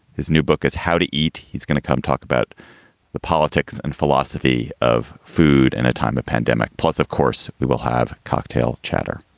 whose new book is how to eat. he's gonna come talk about the politics and philosophy of food in a time of pandemic. plus, of course, we will have cocktail chatter.